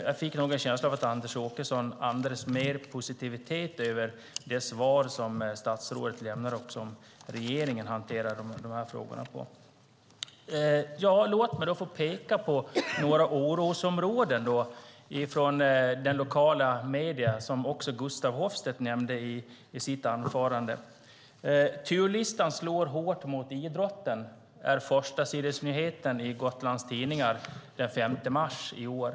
Jag fick en känsla av att Anders Åkesson andades mer positivitet över det svar som statsrådet lämnade och det sätt som regeringen hanterar dessa frågor på. Låt mig peka på några orosområden som tas upp i de lokala medierna och som även Gustaf Hoffstedt nämnde i sitt anförande. Där kan man läsa följande. Turlistan slår hårt mot idrotten. Det är förstasidesnyheten i Gotlands Tidningar den 5 mars i år.